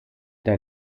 der